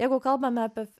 jeigu kalbame apie